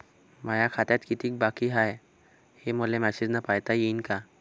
माया खात्यात कितीक बाकी हाय, हे मले मेसेजन पायता येईन का?